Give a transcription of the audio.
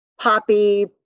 poppy